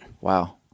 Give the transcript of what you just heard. Wow